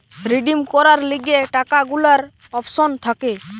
redeem করার লিগে টাকা গুলার অপশন থাকে